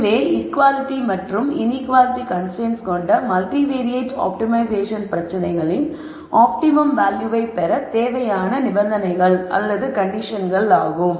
இதுவே ஈக்குவாலிட்டி மற்றும் inequality constraints கொண்ட மல்டிவேரியட் ஆப்டிமைசேஷன் பிரச்சனைகள் ஆப்டிமம் மதிப்பை பெற தேவையான நிபந்தனைகள் ஆகும்